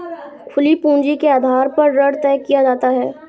खुली पूंजी के आधार पर ऋण तय किया जाता है